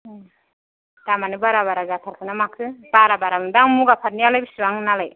दामानो बारा बारा जाथारखोना माखो बारा बारा मोनदां मुगा पातनियालाय बिसिबां नोंनालाय